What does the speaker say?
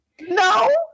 no